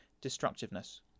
destructiveness